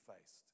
faced